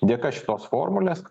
dėka šitos formulės